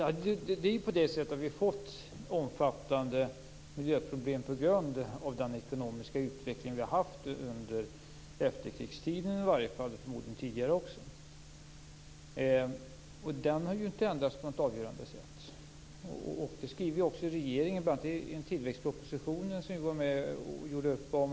Herr talman! Vi har ju fått omfattande miljöproblem på grund av den ekonomiska utveckling vi har haft under efterkrigstiden, och förmodligen tidigare också. Den har ju inte ändrats på något avgörande sätt. Det skriver ju också regeringen, bl.a. i den tillväxtproposition som vi var med och gjorde upp om.